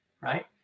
Right